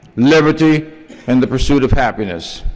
liberty and the pursuit of happiness.